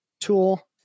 tool